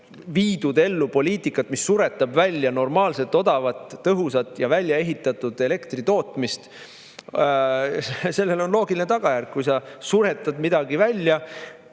viidud ellu poliitikat, mis suretab välja normaalset, odavat, tõhusat ja väljaehitatud elektritootmist. Sellel on loogiline tagajärg: kui sa suretad midagi välja